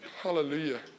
Hallelujah